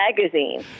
magazine